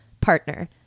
partner